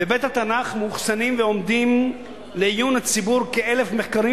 בבית-התנ"ך מאוחסנים ועומדים לעיון הציבור כ-1,000 מחקרים